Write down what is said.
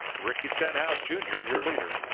ricky stenhouse jr. your leader.